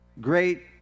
great